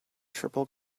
triple